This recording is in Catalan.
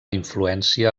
influència